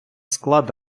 склад